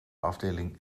afdeling